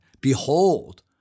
behold